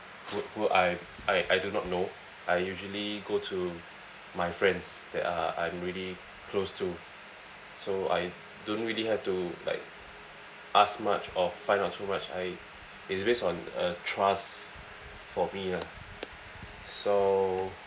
who who I I I do not know I usually go to my friends that are I'm really close to so I don't really have to like ask much or find out so much I it's based on a trust for me ah so